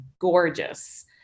gorgeous